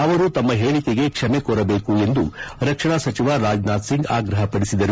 ಅವರು ತಮ್ಮ ಹೇಳಿಕೆಗೆ ಕ್ಷಮೆ ಕೋರಬೇಕು ಎಂದು ರಕ್ಷಣಾ ಸಚಿವ ರಾಜನಾಥ್ ಸಿಂಗ್ ಆಗ್ರಹ ಪಡಿಸಿದರು